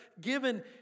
given